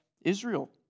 Israel